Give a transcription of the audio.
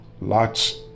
lots